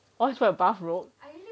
yours put at bathrobe